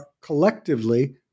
collectively